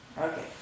Okay